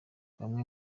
bamwe